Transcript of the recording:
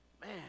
Man